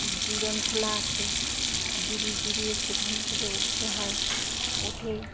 জিরণ খোলা আছে জিরিয়ে জিরিয়ে সেখান থেকে উঠতে হয় উঠে